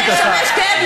סגנית השר,